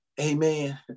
Amen